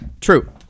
True